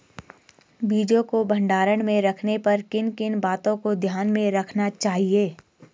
बीजों को भंडारण में रखने पर किन किन बातों को ध्यान में रखना चाहिए?